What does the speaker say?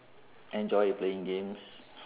enjoy playing games